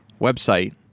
website